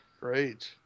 Great